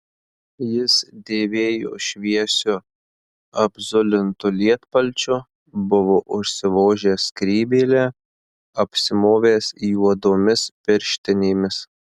jis dėvėjo šviesiu apzulintu lietpalčiu buvo užsivožęs skrybėlę apsimovęs juodomis pirštinėmis